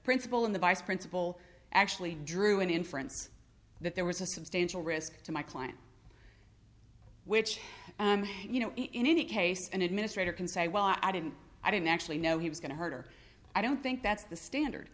principal and the vice principal actually drew an inference that there was a substantial risk to my client which you know in any case an administrator can say well i didn't i didn't actually know he was going to hurt her i don't think that's the standard